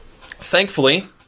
Thankfully